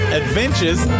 adventures